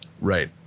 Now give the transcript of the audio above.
right